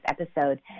episode